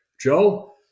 Joe